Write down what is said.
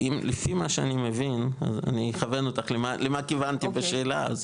לפי מה שאני מבין אז אני אכוון אותך למה כיוונתי בשאלה,